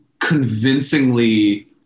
convincingly